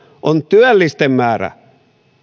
on työllisten määrä